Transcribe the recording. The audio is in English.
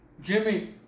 Jimmy